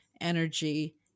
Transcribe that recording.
energy